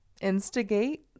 instigate